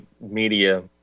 media